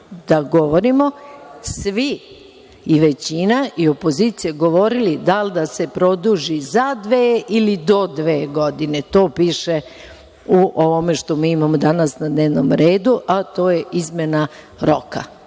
da govorimo svi, i većina i opozicija, govorili da li da se produži za dve, ili do dve godine. To piše u ovome što mi imamo danas na dnevnom redu, a to je izmena roka